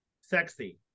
Sexy